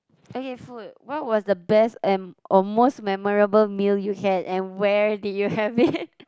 okay food what was the best and or most memorable meal you had and where did you have it